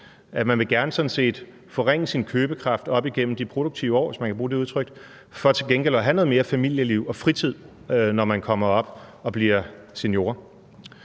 sådan set gerne forringe sin købekraft op igennem de produktive år, hvis man kan bruge det udtryk, for til gengæld at have noget mere familieliv og fritid, når man kommer op og bliver senior.